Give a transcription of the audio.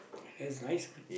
that's a nice one